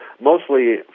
mostly